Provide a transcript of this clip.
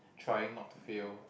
trying not to fail